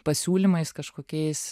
pasiūlymais kažkokiais